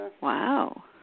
Wow